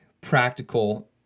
practical